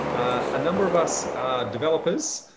a number of us developers,